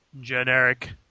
Generic